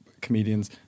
comedians